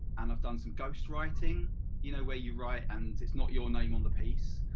and i've done some ghost writing you know where you write and it's not your name on the piece.